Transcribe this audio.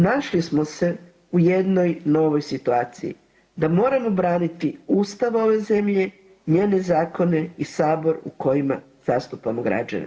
Našli smo se u jednoj novoj situaciji, da moramo braniti Ustav ove zemlje, njene zakone i Sabor u kojima zastupamo građane.